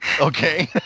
Okay